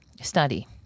study